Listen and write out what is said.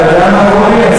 אתה יודע מה, אדוני?